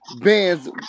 bands